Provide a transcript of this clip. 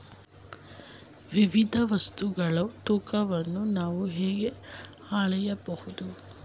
ವಿವಿಧ ವಸ್ತುಗಳ ತೂಕವನ್ನು ನಾವು ಹೇಗೆ ಅಳೆಯಬಹುದು?